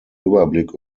überblick